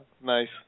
Nice